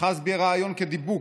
אחז בי הרעיון כדיבוק,